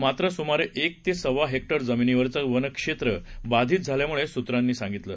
मात्र सुमारे एक ते सव्वा हेक्टर जमिनीवरचं वन क्षेत्र बाधित झाल्याचे सुत्रांनी सांगितले